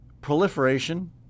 proliferation